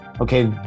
okay